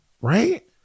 Right